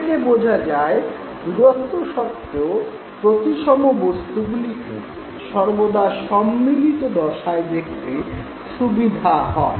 এ থেকে বোঝা যায় দূরত্ব সত্ত্বেও প্রতিসম বস্তুগুলিকে সর্বদা সম্মিলিত দশায় দেখতে সুবিধা হয়